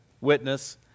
witness